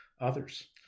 others